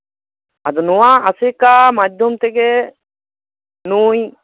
ᱟᱫᱚ ᱱᱚᱣᱟ ᱟᱥᱮᱠᱟ ᱢᱟᱫᱽᱫᱷᱚᱢ ᱛᱮᱜᱮ ᱱᱩᱭ